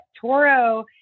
Toro